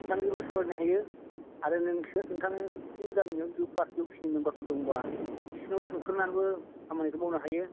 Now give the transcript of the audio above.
बिथांजोंबो सावरायनो हायो आरो नोंसो नोंथांनि गामियाव जिथु पार्टी अफिसनि मेम्बारफोर दंबा बिसिनाव सोंफोरनानैबो खामानिखौ मावनो हायो